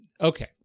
Okay